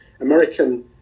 American